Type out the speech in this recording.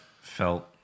felt